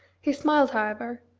he smiled, however,